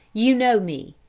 you know me.